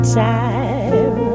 time